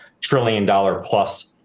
trillion-dollar-plus